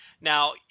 Now –